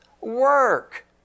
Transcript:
work